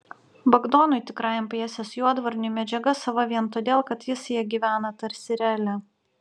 bagdonui tikrajam pjesės juodvarniui medžiaga sava vien todėl kad jis ja gyvena tarsi realia